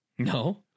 No